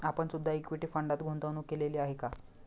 आपण सुद्धा इक्विटी फंडात गुंतवणूक केलेली आहे का?